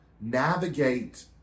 navigate